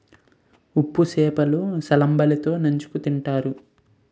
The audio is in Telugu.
ఉప్పు సేప లు సల్లంబలి తో నంచుకుని తింతారు